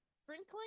Sprinkling